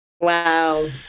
Wow